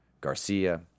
Garcia